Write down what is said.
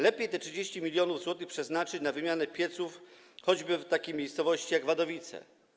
Lepiej te 30 mln zł przeznaczyć na wymianę pieców choćby w takiej miejscowości jak Wadowice.